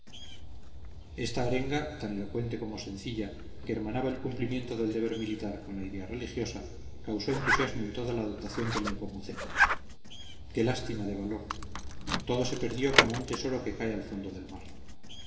esta arenga tan elocuente como sencilla que hermanaba el cumplimiento del deber militar con la idea religiosa causó entusiasmo en toda la dotación del nepomuceno qué lástima de valor todo se perdió como un tesoro que cae al fondo del mar